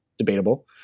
debatable,